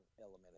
element